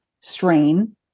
strain